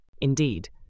Indeed